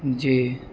جی